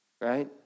right